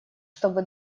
чтобы